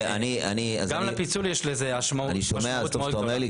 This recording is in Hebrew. גם על הפיצול יש משמעויות גדולות.